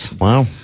Wow